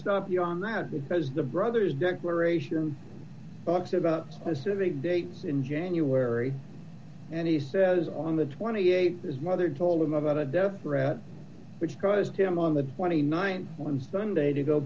stop you on that because the brother's declaration box about specific dates in january and he says on the twenty eight his mother told him about a death threat which caused him on the th on sunday to go